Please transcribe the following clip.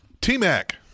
T-Mac